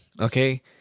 okay